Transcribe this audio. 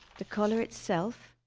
the collar itself,